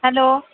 hello